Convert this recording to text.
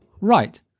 Right